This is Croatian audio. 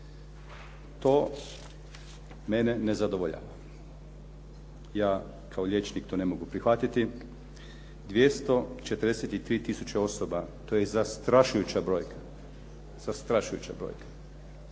To mene ne zadovoljava. Ja kao liječnik to ne mogu prihvatiti. 243 tisuće osoba. To je zastrašujuća brojka, zastrašujuća brojka